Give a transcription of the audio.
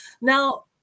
Now